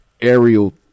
aerial